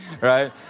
right